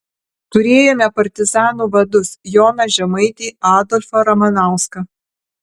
turėjome partizanų vadus joną žemaitį adolfą ramanauską